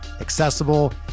accessible